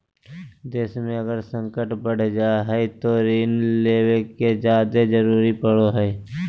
देश मे अगर संकट बढ़ जा हय तो ऋण लेवे के जादे जरूरत पड़ो हय